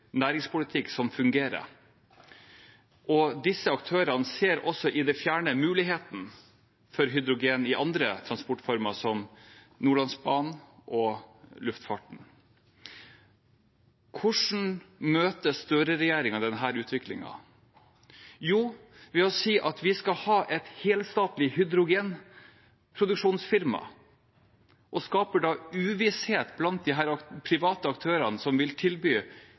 næringspolitikk som fungerer. Disse aktørene ser også i det fjerne muligheten for hydrogen i andre transportformer, som Nordlandsbanen og luftfarten. Hvordan møter Støre-regjeringen denne utviklingen? Jo, ved å si at vi skal ha et helstatlig hydrogenproduksjonsfirma og da skape uvisshet blant de private aktørene som vil tilby